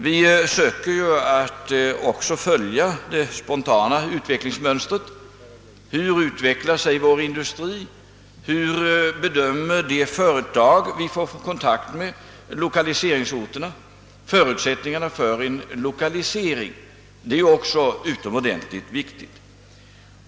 Vi försöker också följa det spontana utvecklingsmönstret: hur utvecklar sig vår industri, hur bedömer de företag, som vi får kontakt med, lokaliseringsorterna? Förutsättningarna för en lokalisering är också utomordentligt viktiga.